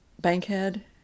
Bankhead